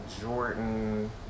Jordan